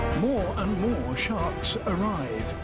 more and more sharks arrive,